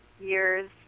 years